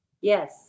Yes